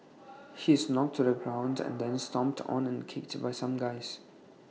he is knocked to the ground and then stomped on and kicked by some guys